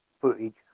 footage